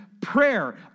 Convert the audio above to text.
prayer